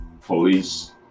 police